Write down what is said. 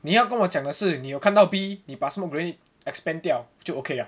你要跟我讲的是你有看到 bee 你把 smoke grenade expand 掉就 okay liao